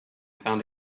found